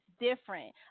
different